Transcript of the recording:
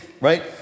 Right